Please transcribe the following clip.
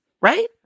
right